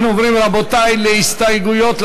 אנחנו עוברים, רבותי, להסתייגויות.